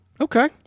Okay